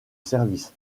service